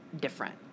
different